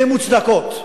והן מוצדקות.